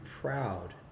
proud